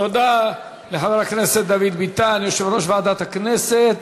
תודה לחבר הכנסת דוד ביטן, יושב-ראש ועדת הכנסת.